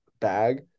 bag